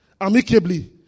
amicably